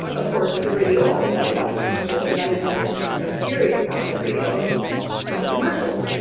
of course the radio always has a lot of commercials. so that is the nice thing about sirius satellite radio is you know commercials,